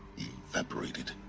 evaporated.